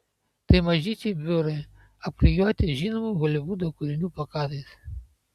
tai mažyčiai biurai apklijuoti žinomų holivudo kūrinių plakatais